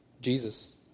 Jesus